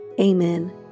Amen